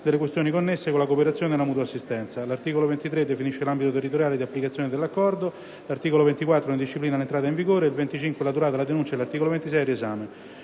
delle questioni connesse alla cooperazione e la mutua assistenza. L'articolo 23 definisce l'ambito territoriale di applicazione dell'Accordo, l'articolo 24 ne disciplina l'entrata in vigore, l'articolo 25 la durata e la denuncia e l'articolo 26 il riesame.